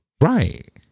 Right